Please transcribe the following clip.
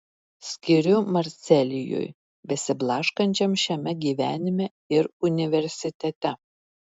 skiriu marcelijui besiblaškančiam šiame gyvenime ir universitete